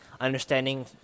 understanding